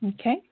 Okay